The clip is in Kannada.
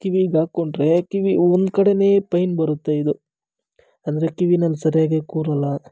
ಕಿವಿಗೆ ಹಾಕ್ಕೊಂಡ್ರೆ ಕಿವಿ ಒಂದು ಕಡೆನೇ ಪೇಯ್ನ್ ಬರುತ್ತೆ ಇದು ಅಂದರೆ ಕಿವಿಯಲ್ಲಿ ಸರಿಯಾಗಿ ಕೂರಲ್ಲ